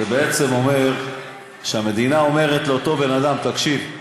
זה אומר שהמדינה אומרת לאותו בן-אדם: תקשיב,